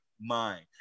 mind